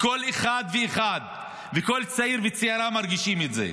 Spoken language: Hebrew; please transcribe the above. כל אחד ואחד וכל צעיר וצעירה מרגישים את זה.